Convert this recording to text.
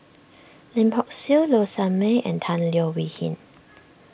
Lim Hock Siew Low Sanmay and Tan Leo Wee Hin